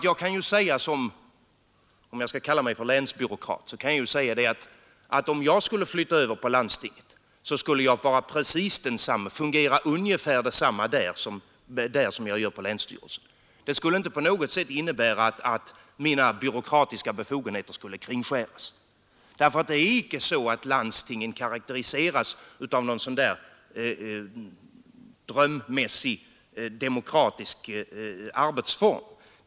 Jag kan ju nu kalla mig länsbyråkrat, men jag vill säga att om jag skulle flytta över till landstinget så skulle jag vara precis densamme och fungera ungefär på samma sätt där som jag gör på länsstyrelsen. Flyttningen skulle inte på något sätt innebära att mina byråkratiska befogenheter skulle kringskäras. Landstingen karakteriseras nämligen inte av någon sådan där drömd demokratisk arbetsform.